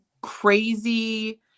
crazy